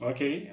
Okay